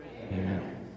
Amen